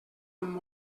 amb